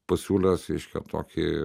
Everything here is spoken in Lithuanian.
pasiūlęs reiškia tokį